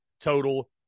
total